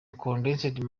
condensed